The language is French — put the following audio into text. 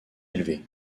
élevée